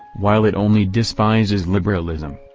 while it only despises liberalism.